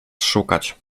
szukać